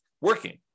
working